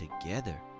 together